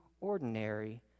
ordinary